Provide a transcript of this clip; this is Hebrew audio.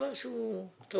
כן, בבקשה.